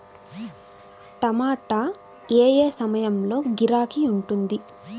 టమాటా ఏ ఏ సమయంలో గిరాకీ ఉంటుంది?